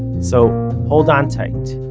so hold on tight.